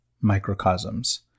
microcosms